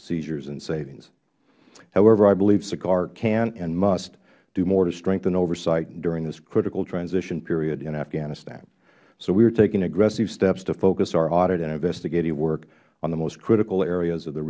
seizures and savings however i believe sigar can and must do more to strengthen oversight during this critical transition period in afghanistan so we are taking aggressive steps to focus our audit and investigative work on the most critical areas of the